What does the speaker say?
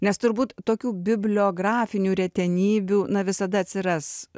nes turbūt tokių bibliografinių retenybių na visada atsiras